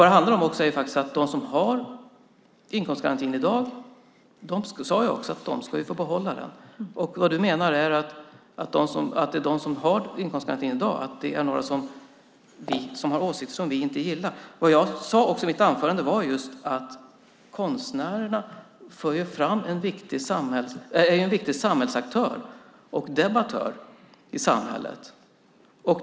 Det handlar nämligen om att de som har inkomstgarantin i dag ska få behålla den, vilket jag också sade. Vad du menar, Siv Holma, är att de som har inkomstgarantin i dag är personer som har åsikter som vi inte gillar. Men jag sade i mitt anförande att konstnärerna är viktiga samhällsaktörer och samhällsdebattörer.